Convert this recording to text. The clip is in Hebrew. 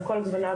על כל גווניו,